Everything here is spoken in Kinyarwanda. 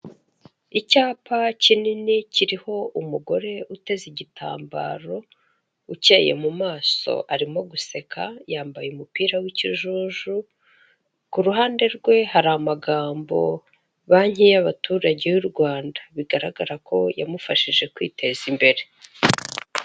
Icyapa kinini kiriho umugore uteze igitambaro ukeye mu maso arimo guseka yambaye umupira w'ikijuju, ku ruhande rwe hari amagambo banki y'abaturage y'u Rwanda, bigaragara ko yamufashije kwiteza imbere.